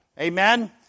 Amen